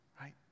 right